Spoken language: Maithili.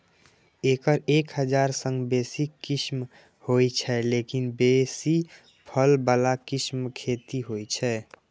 एकर एक हजार सं बेसी किस्म होइ छै, लेकिन बेसी फल बला किस्मक खेती होइ छै